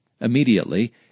Immediately